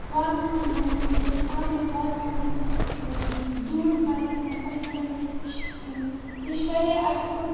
وازوان بَناوُن تہٕ پانَے وازوان دیُن پَتہٕ یِمَن پَژھٮ۪ن یہِ چھُ یہِ چھُ واریاہ اَصٕل